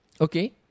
okay